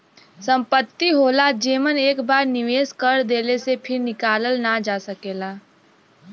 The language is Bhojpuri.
संपत्ति होला जेमन एक बार निवेस कर देले से फिर निकालल ना जा सकेला